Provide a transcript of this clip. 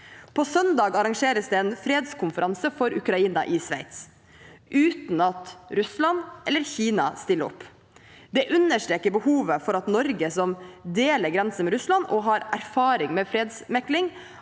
På søndag arrangeres det en fredskonferanse for Ukraina i Sveits – uten at Russland eller Kina stiller opp. Det understreker behovet for at Norge, som deler grense med Russland og har erfaring med fredsmekling,